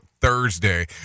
Thursday